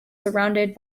surrounded